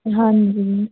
ਹਾਂਜੀ